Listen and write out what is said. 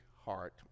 heart